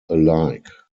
alike